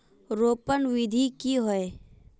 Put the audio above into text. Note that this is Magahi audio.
रोपण विधि की होय?